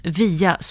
via